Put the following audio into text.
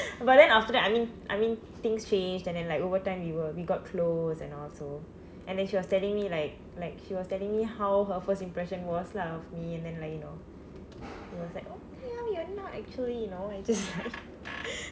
but then after that I mean I mean things changed and then like over time we were we got close and all so and then she was telling me like like she was telling me how her first impression was lah of me and then like you know it was like okay you want me you're not actually you know you just